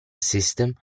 system